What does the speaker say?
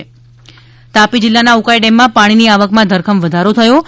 Ukai dam Tapi જિલ્લાના ઉકાઈડેમમાં પાણીની આવકમાં ધરખમ વધારો થયો છે